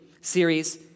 series